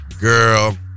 Girl